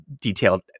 detailed